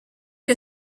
que